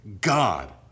God